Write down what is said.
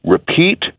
Repeat